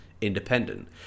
independent